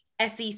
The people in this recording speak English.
SEC